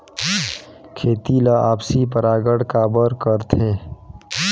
खेती ला आपसी परागण काबर करथे?